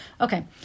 Okay